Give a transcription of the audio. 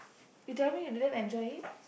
you're tell me you didn't enjoy it